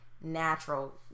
natural